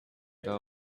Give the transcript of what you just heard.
the